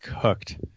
cooked